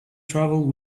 travelled